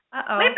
Uh-oh